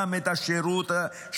גם את שירות המדינה,